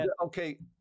Okay